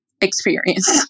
experience